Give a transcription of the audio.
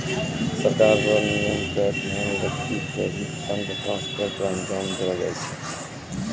सरकार र नियम क ध्यान रखी क ही फंड ट्रांसफर क अंजाम देलो जाय छै